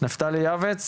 נעבור לנפתלי יעבץ,